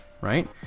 right